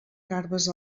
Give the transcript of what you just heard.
garbes